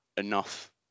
enough